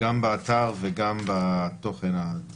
זה האישור